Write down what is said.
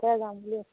তেতিয়া যাম বুলি আছোঁ